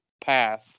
path